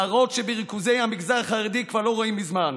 מראות שבריכוזי המגזר החרדי כבר לא רואים מזמן,